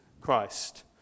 Christ